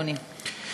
אדוני.